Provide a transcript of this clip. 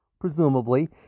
presumably